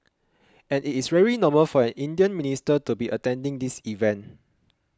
and it's very normal for an Indian minister to be attending this event